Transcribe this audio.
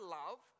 love